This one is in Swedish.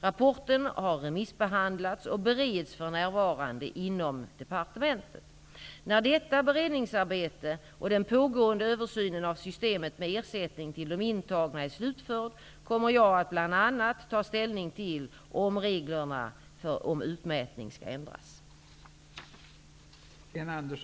Rapporten har remissbehandlats och bereds för närvarande inom departementet. När detta beredningsarbete och den pågående översynen av systemet med ersättning till de intagna är slutförd kommer jag att bl.a. ta ställning till om reglerna om utmätning skall ändras.